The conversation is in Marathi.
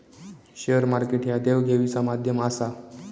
शेअर मार्केट ह्या देवघेवीचा माध्यम आसा